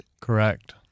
Correct